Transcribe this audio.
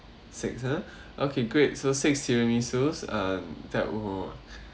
six ah okay great so six tiramisu uh that will